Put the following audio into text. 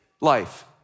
life